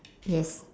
yes